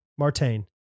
Martain